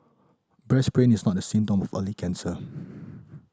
breast pain is not a symptom of early cancer